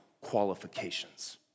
qualifications